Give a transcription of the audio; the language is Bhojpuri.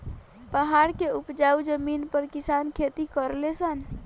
पहाड़ के उपजाऊ जमीन पर किसान खेती करले सन